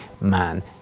man